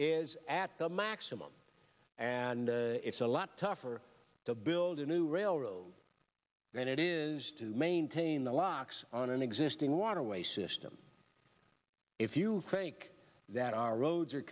is at the maximum and a lot tougher to build a new railroad then it is to maintain the locks on an existing waterway system if you think that our roads are